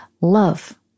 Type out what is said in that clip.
love